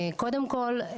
קודם כל,